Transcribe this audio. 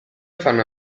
fanno